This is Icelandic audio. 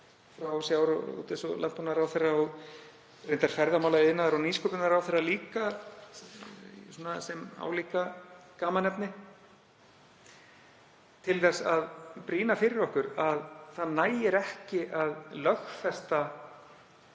frá sjávarútvegs- og landbúnaðarráðherra, og reyndar ferðamála, iðnaðar- og nýsköpunarráðherra líka sem álíka gamanefni, til þess að brýna fyrir okkur að það nægir ekki að lögfesta